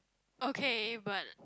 okay but